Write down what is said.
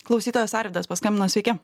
klausytojas arvydas paskambino sveiki